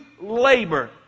labor